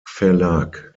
verlag